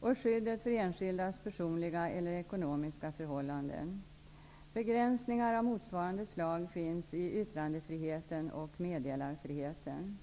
och skyddet för enskildas personliga eller ekonomiska förhållanden. Begränsningar av motsvarande slag finns i yttrandefriheten och meddelarfriheten.